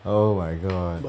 oh my god